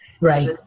Right